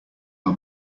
our